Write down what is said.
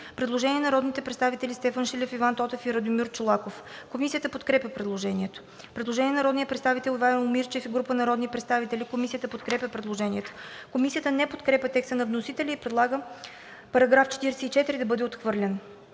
предложение на народните представители Стефан Шилев, Иван Тотев и Радомир Чолаков. Комисията подкрепя предложението. Предложение на народния представител Ивайло Мирчев и група народни представители. Комисията подкрепя предложението. Комисията не подкрепя текста на вносителя и предлага § 44 да бъде отхвърлен.